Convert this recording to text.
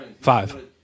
Five